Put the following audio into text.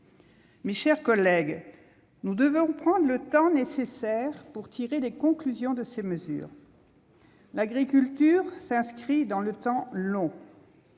Mes chers collègues, nous devons prendre le temps nécessaire pour tirer les conclusions de ces mesures. L'agriculture s'inscrit dans le temps long.